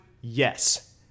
Yes